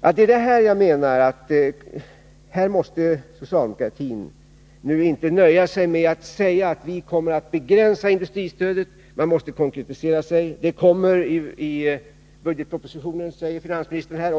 Jag menar att socialdemokratin nu inte får nöja sig med att säga att vi kommer att begränsa industristödet. Socialdemokraterna måste konkretisera sig. Förslag kommer i budgetpropositionen, säger ekonomioch budgetministern här.